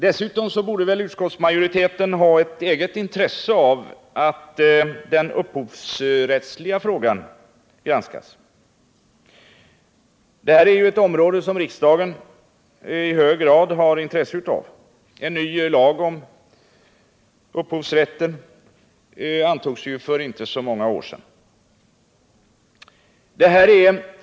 Dessutom borde väl utskottsmajoriteten ha ett eget intresse av att den upphovsrättsliga frågan granskas. Det här är ett område som riksdagen i hög grad har intresse av. En ny lag om upphovsrätten antogs ju för inte så många år sedan.